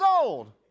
old